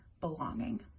belonging